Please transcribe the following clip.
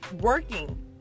working